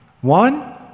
One